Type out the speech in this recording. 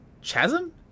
Chasm